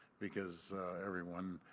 because everyone,